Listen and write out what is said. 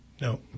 No